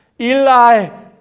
Eli